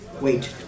Wait